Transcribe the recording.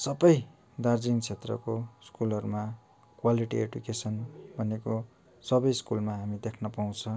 सबै दार्जिलिङ क्षेत्रको स्कुलहरूमा क्वालिटी एडुकेसन भनेको सबै स्कुलमा हामी देख्न पाउँछ